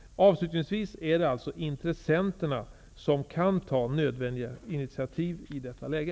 Avslutningsvis är det alltså intressenterna som kan ta nödvändiga initiativ i detta läge.